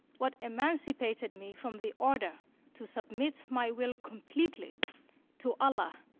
what emancipated me from the order to submit my will completely to allah,